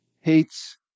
hates